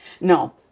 No